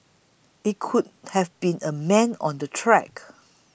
it could have been a man on the track